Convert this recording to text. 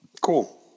Cool